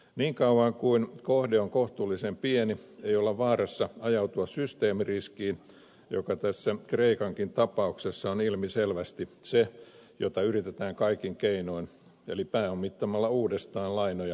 niin kauan kuin kohde on kohtuullisen pieni ei olla vaarassa ajautua systeemiriskiin joka tässä kreikankin tapauksessa on ilmiselvästi se jota yritetään kaikin keinoin eli pääomittamalla uudestaan lainoja välttää